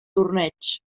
torneigs